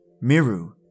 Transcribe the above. Miru